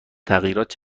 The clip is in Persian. تغییرات